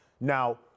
Now